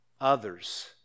others